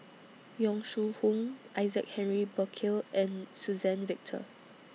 Yong Shu Hoong Isaac Henry Burkill and Suzann Victor